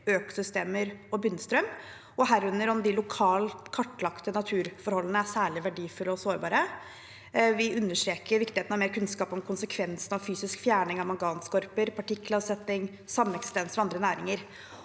økosystemer og bunnstrøm, og herunder om de lokalt kartlagte naturforholdene er særlig verdifulle og sårbare. Vi understreker videre viktigheten av mer kunnskap om konsekvensene av fysisk fjerning av manganskorper, partikkelavsetning og sameksistens med andre næringer.